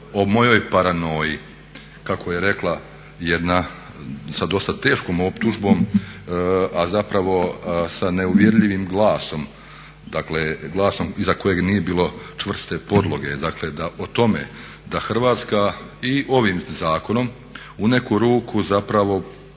o mojoj paranoji kako je rekla jedna, sa dosta teškom optužbom a zapravo sa neuvjerljivim glasom, dakle glasom iza kojeg nije bilo čvrste podloge dakle da o tome da Hrvatska i ovim zakonom u neku ruku zapravo